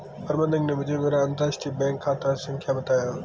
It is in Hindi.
प्रबन्धक ने मुझें मेरा अंतरराष्ट्रीय बैंक खाता संख्या बताया